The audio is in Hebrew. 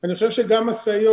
אני חושב שגם משאיות,